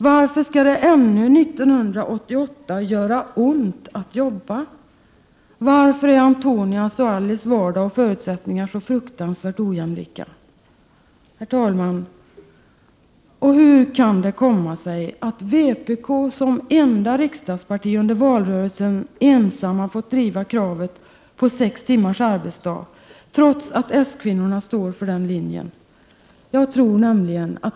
Varför skall det ännu 1988 göra ont att jobba? Varför är Antonias och Alices vardag och förutsättningar så fruktansvärt ojämlika? Och hur kan det komma sig att vpk som enda riksdagsparti under valrörelsen ensamt fått driva kravet på sex timmars arbetsdag, trots att s-kvinnorna står för den linjen?